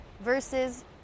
versus